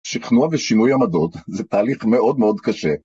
שכנוע ושינוי עמדות זה תהליך מאוד מאוד קשה